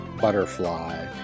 Butterfly